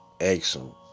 Excellent